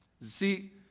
See